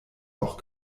auch